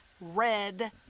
red